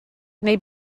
neu